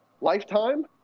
lifetime